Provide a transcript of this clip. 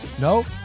No